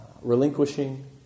relinquishing